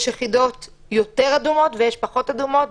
יש יחידות יותר אדומות ויש פחות אדומות.